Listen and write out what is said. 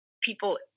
People